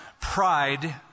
pride